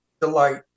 delight